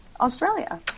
Australia